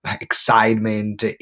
excitement